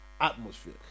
atmosphere